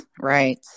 right